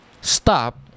stop